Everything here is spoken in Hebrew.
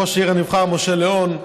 ראש העיר הנבחר משה לאון.